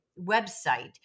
website